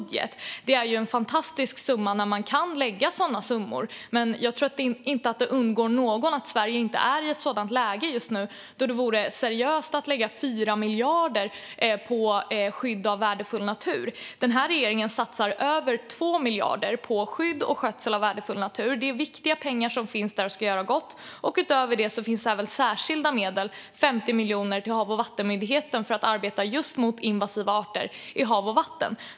Det är ju fantastiskt när man kan lägga sådana summor, men jag tror inte att det undgår någon att Sverige just nu inte är i ett läge där det vore seriöst att lägga 4 miljarder på skydd av värdefull natur. Regeringen satsar över 2 miljarder på skydd och skötsel av värdefull natur, och det är viktiga pengar som finns där och ska göra gott. Utöver det finns även särskilda medel om 50 miljoner till Havs och vattenmyndigheten för arbete mot just invasiva arter i hav och vatten.